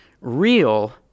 real